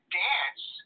dance